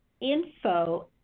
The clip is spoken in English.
info